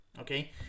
okay